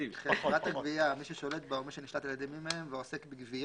(1) חברת הגבייה מי ששולט בה או מי שנשלט על ידי מי מהם ועוסק בגביה,